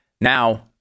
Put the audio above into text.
Now